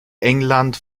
england